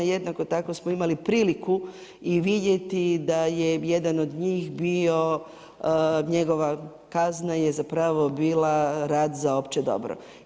Jednako tako smo imali priliku i vidjeti da je jedan od njih bio njegova kazna je zapravo bila rad za opće dobro.